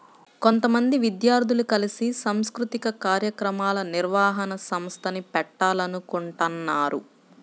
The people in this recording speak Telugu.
కొంతమంది విద్యార్థులు కలిసి సాంస్కృతిక కార్యక్రమాల నిర్వహణ సంస్థని పెట్టాలనుకుంటన్నారు